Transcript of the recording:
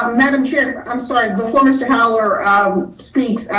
um madam chair, i'm sorry, before mr. holler um speaks,